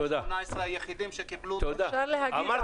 היחידים שקיבלו --- אפשר להגיד אחוז?